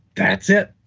that's it.